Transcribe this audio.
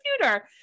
computer